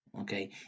okay